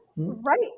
Right